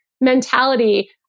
mentality